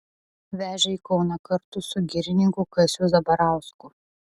vežė į kauną kartu su girininku kaziu zabarausku